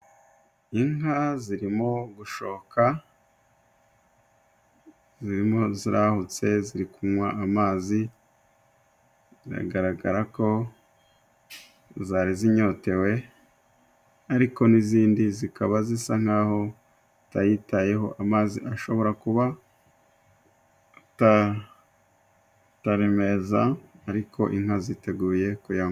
Inka zirimo gushoka zirimo zirahutse ziri kunywa amazi biragaragarako zari zinyotewe, ariko n'izindi zikaba zisa nk'aho zitayitayeho amazi ashobora kuba atari meza, ariko inka ziteguye kuyanywa.